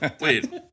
Wait